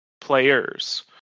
players